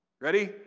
Ready